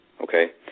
Okay